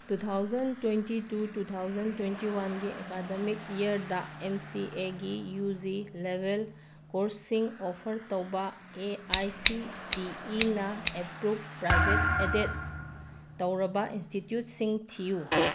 two thousand twenty two two thousand twenty ꯋꯥꯟꯒꯤ academic ꯏꯌꯔꯗ M C ꯑꯦꯒꯤ U G ꯂꯦꯕꯦꯜ ꯀꯣꯔ꯭ꯁꯁꯤꯡ ꯑꯣꯐꯔ ꯇꯧꯕ ꯑꯦ ꯑꯥꯏ ꯁꯤ ꯇꯤ ꯏꯅ ꯑꯦꯄ꯭ꯔꯨꯕ ꯄ꯭ꯔꯥꯏꯕꯦꯠ ꯑꯦꯗꯦꯗ ꯇꯧꯔꯕ ꯏꯟꯁꯇꯤꯇꯤꯌꯨꯗꯁꯤꯡ ꯊꯤꯌꯨ